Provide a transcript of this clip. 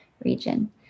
region